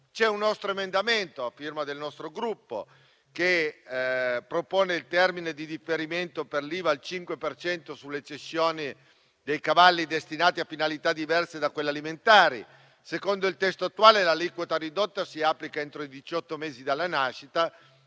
Un emendamento a firma del nostro Gruppo propone il termine di differimento per l'IVA al 5 per cento sulle cessioni dei cavalli destinati a finalità diverse da quelle alimentari. Secondo il testo attuale, l'aliquota ridotta si applica entro i diciotto mesi dalla nascita: